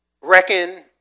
reckon